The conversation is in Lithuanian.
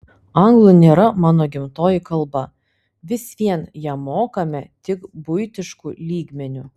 anglų nėra mano gimtoji kalba vis vien ją mokame tik buitišku lygmeniu